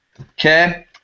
Okay